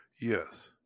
yes